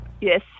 Yes